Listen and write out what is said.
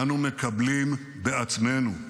אנו מקבלים בעצמנו,